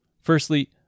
Firstly